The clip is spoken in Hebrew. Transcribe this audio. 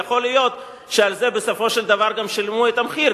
יכול להיות שעל זה בסופו של דבר גם שילמו את המחיר,